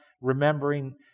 remembering